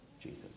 jesus